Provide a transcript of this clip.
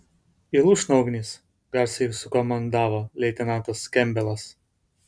į lūšną ugnis garsiai sukomandavo leitenantas kempbelas